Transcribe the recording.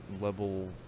level